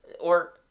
Or